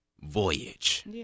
voyage